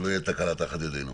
שלא תהיה תקלה תחת ידו.